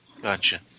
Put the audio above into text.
Gotcha